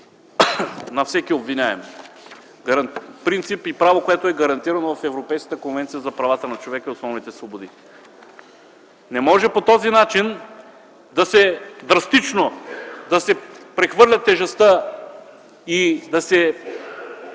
на всеки обвиняем – принцип и право, което е гарантирано в Европейската конвенция за правата на човека и основните свободи. Не може по този начин драстично да се прехвърля тежестта и да се